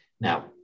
now